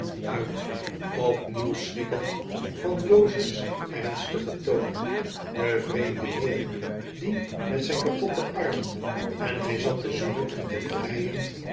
uit opnieuw schrikkend van jozef s ernstigen toon den vreemden heer dien met zijn kapotten arm en hij zat te zoenen en te vrijen